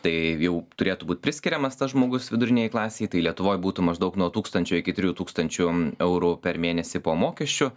tai jau turėtų būt priskiriamas tas žmogus viduriniajai klasei tai lietuvoj būtų maždaug nuo tūkstančio iki trijų tūkstančių eurų per mėnesį po mokesčių